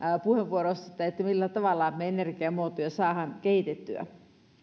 puheenvuorosta millä tavalla me saamme energiamuotoja kehitettyä